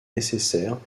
nécessaires